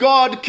God